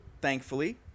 thankfully